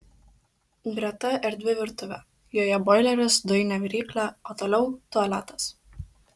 greta erdvi virtuvė joje boileris dujinė viryklė o toliau tualetas